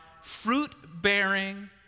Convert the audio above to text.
fruit-bearing